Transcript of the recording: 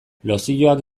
lozioak